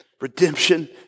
Redemption